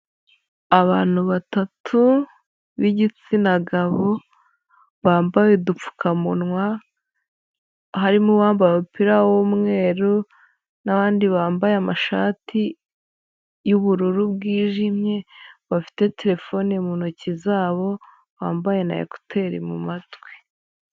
Abantu batatu b'igitsina gabo bambaye udupfukamunwa, harimo uwambaye umupira w'umweru n'abandi bambaye amashati y'ubururu bwijimye bafite terefone mu ntoki zabo, bambaye na ekuteri mu mu matwi.